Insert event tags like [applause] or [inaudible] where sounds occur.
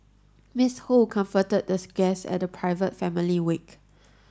Miss Ho comforted [unintelligible] guest at the private family wake